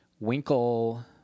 Winkle